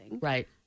Right